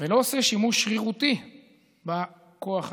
ולא שימוש שרירותי בכוח הזה.